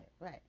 right